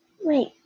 Wait